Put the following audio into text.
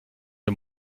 der